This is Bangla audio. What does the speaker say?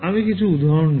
আমি কিছু উদাহরণ নেব